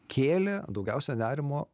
kėlė daugiausia nerimo